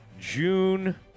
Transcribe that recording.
June